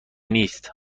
نیست